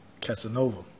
Casanova